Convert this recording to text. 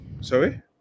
sorry